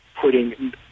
putting